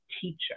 teacher